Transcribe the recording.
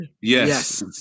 Yes